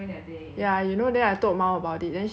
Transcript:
ya you know then I told mum about it then she was like